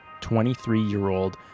23-year-old